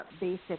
basic